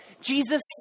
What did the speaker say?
Jesus